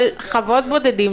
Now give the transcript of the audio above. אבל חוות בודדים